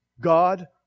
God